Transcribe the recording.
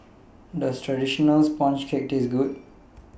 Does Traditional Sponge Cake Taste Good